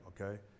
Okay